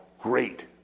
great